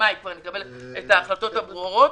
מאי נקבל החלטות ברורות.